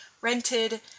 rented